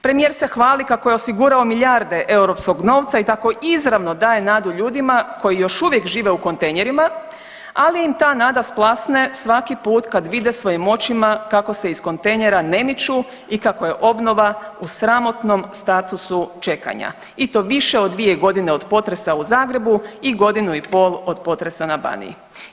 Premijer se hvali kako je osigurao milijarde europskog novca i tako izravno daje nadu ljudima koji još uvijek žive u kontejnerima, ali im ta nada splasne svaki put kad vide svojim očima kako se iz kontejnera ne miču i kako je obnova u sramotnom statusu čekanja i to više od 2 godine od potresa u Zagrebu i godinu i pol od potresa na Baniji.